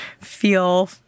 feel